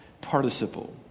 participle